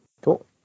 Cool